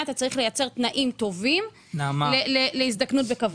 אתה צריך לייצר תנאים טובים להזדקנות בכבוד.